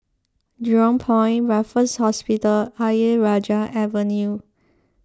Jurong Point Raffles Hospital Ayer Rajah Avenue